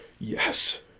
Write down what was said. Yes